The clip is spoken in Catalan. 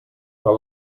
però